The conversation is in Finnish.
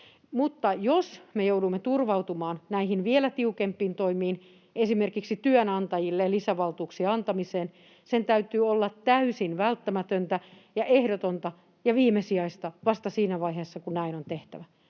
Mutta jos me joudumme turvautumaan näihin vielä tiukempiin toimiin, esimerkiksi työnantajille lisävaltuuksien antamiseen, sen täytyy olla täysin välttämätöntä ja ehdotonta ja vasta viimesijaista siinä vaiheessa, kun näin on tehtävä.